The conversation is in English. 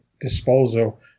disposal